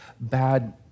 bad